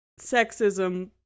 sexism